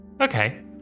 okay